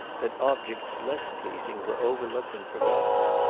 that objects less pleasing were overlooked and forgotten.